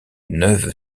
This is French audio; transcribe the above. neuve